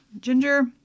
Ginger